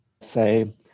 say